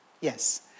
Yes